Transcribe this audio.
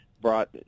brought